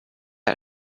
про